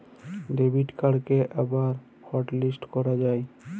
debit কাড়কে আবার যাঁয়ে হটলিস্ট ক্যরা যায়